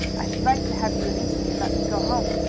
i should like to have you release me and let me go home.